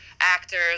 actors